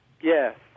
Yes